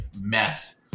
mess